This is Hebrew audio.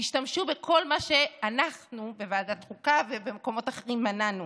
תשתמשו בכל מה שאנחנו בוועדת החוקה ובמקומות אחרים מנענו.